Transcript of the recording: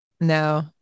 no